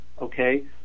okay